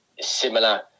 similar